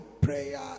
prayer